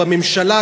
בממשלה,